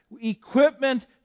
equipment